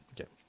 Okay